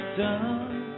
done